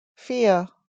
vier